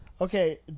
Okay